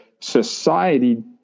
society